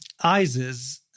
ISIS